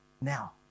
now